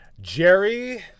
Jerry